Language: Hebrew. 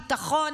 הביטחון,